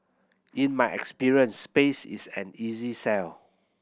in my experience space is an easy sell